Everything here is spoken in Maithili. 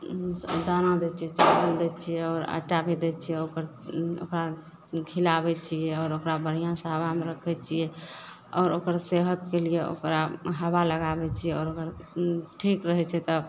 दाना दै छियै चावल दै छियै आओर आटा भी दै छियै ओकर ओकरा खिलाबय छियै आओर ओकरा बढ़िआँसँ हावामे रखय छियै आओर ओकर सेहतके लिये ओकरा हवा लगाबय छियै आओर ओकर ठीक रहय छै तब